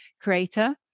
creator